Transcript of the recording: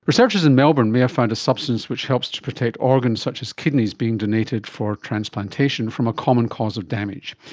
researchers in melbourne may have found a substance which helps to protect organs such as kidneys being donated for transplantation from a common cause of damage.